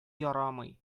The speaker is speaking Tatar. ярамый